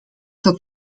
dat